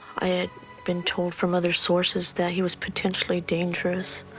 i had been told from other sources that he was potentially dangerous.